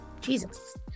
Jesus